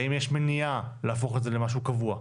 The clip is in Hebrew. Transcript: האם יש מניעה להפוך את זה למשהו קבוע?